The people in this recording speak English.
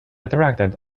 attracted